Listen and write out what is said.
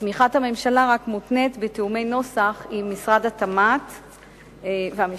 תמיכת הממשלה רק מותנית בתיאומי נוסח עם משרד התמ"ת והמשפטים.